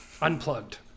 unplugged